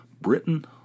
Britain